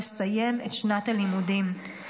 לסיים את שנת הלימודים.